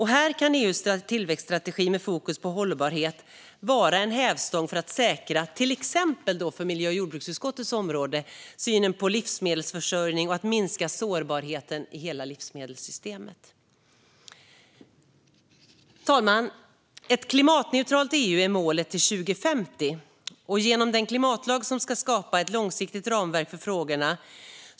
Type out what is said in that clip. Här kan EU:s tillväxtstrategi med fokus på hållbarhet vara en hävstång för att säkra till exempel, när det gäller miljö och jordbruksutskottets område, livsmedelsförsörjningen och minska sårbarheten i hela livsmedelssystemet. Fru talman! Ett klimatneutralt EU är målet till 2050, genom den klimatlag som ska skapa ett långsiktigt ramverk för frågorna.